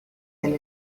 del